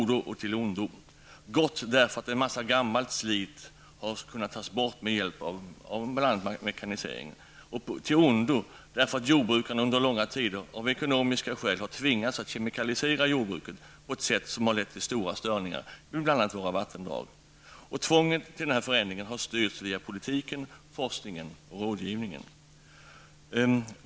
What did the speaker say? De har varit på gott därför att en massa gammalt slit har kunnat tas bort med hjälp av bl.a. mekanisering. De har varit på ont därför att jordbrukarna under långa tider av ekonomiska skäl har tvingats att kemikalisera jordbruket på ett sätt som har lett till stora störningar i bl.a. våra vattendrag. Tvånget till denna förändring har styrts via politiken, forskningen och rådgivningen.